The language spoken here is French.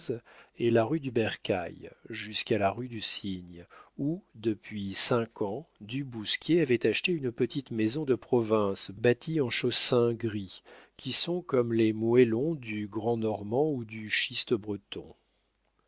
et la rue du bercail jusqu'à la rue du cygne où depuis cinq ans du bousquier avait acheté une petite maison de province bâtie en chaussins gris qui sont comme les moellons du granit normand ou du